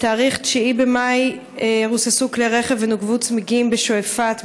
בתאריך ה-9 במאי רוססו כלי רכב ונוקבו צמיגים בשועפאט,